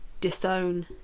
disown